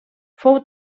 fou